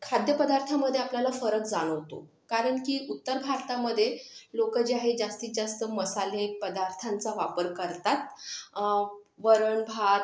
खाद्यपदार्थामध्ये आपल्याला फरक जाणवतो कारण की उत्तर भारतामध्ये लोक जे आहे जास्तीत जास्त मसाले पदार्थांचा वापर करतात वरणभात